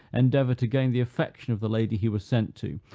endeavor to gain the affection of the lady he was sent to,